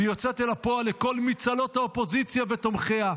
והיא יוצאת אל הפועל לקול מצהלות האופוזיציה ותומכיה.